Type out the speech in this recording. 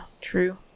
true